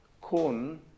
corn